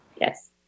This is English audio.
yes